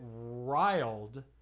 riled